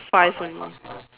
five only